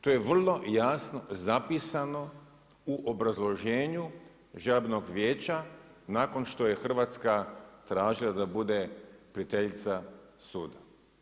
To je vrlo jasno zapisano u obrazloženju žalbenog vijeća nakon što je Hrvatska tražila da bude prijateljica suda.